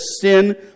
sin